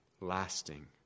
lasting